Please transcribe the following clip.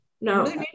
No